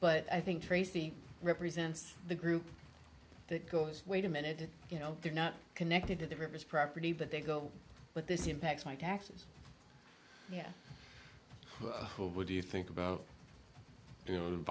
but i think tracy represents the group that goes wait a minute you know they're not connected to the previous property but they go but this impacts my taxes yeah what do you think about you know